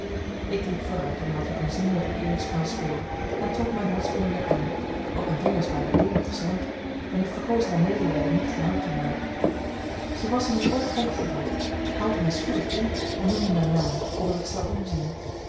ik liep vooruit om haar te doen zien dat ik eerlijk spel speelde en trok mijne handschoenen weer aan want mijne vingers waren deerlijk geschramd en ik verkoos haar medelijden niet gaande te maken zij was in een oogwenk gereed haalde mij spoedig in en noemde mijn naam opdat ik zou omzien